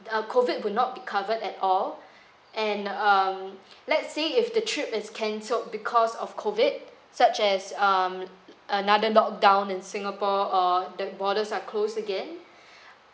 uh COVID would not the covered at all and um let's say if the trip is cancelled because of COVID such as um another lock down in singapore or the borders are closed again